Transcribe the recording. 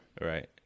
Right